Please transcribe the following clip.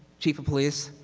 chief of police,